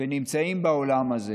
ונמצאים בעולם הזה